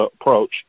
approach